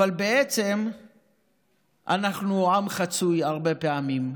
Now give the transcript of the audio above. בעצם אנחנו עם חצוי הרבה פעמים,